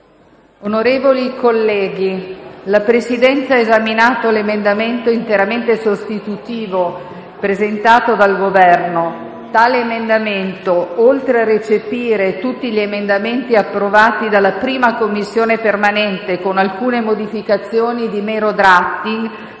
Onorevoli colleghi, la Presidenza ha esaminato l'emendamento interamente sostitutivo presentato dal Governo. Tale emendamento, oltre a recepire tutti gli emendamenti approvati dalla 1a Commissione permanente, con alcune modificazioni di mero *drafting*,